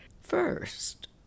First